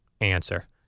answer